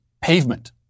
pavement